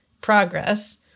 progress